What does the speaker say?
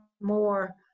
more